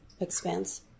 expense